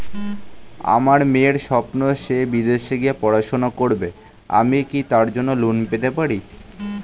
আমার মেয়ের স্বপ্ন সে বিদেশে গিয়ে পড়াশোনা করবে আমি কি তার জন্য লোন পেতে পারি?